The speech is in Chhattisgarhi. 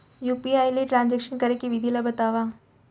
यू.पी.आई ले ट्रांजेक्शन करे के विधि ला बतावव?